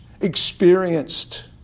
experienced